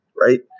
right